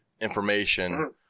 information